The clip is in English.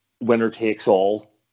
winner-takes-all